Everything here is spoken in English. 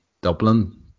Dublin